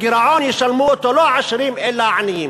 הגירעון, ישלמו אותו לא העשירים, אלא העניים.